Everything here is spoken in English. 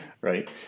right